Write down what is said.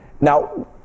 Now